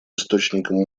источником